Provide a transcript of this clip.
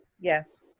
Yes